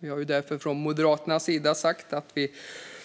Jag vill från Moderaternas sida därför säga att vi